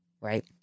Right